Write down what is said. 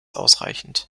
ausreichend